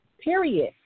Period